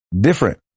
different